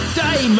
day